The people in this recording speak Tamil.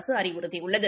அரசு அறிவுறுத்தியுள்ளது